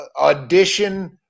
Audition